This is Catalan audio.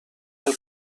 del